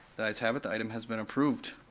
the ayes have it, the item has been approved.